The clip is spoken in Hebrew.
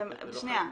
שנייה,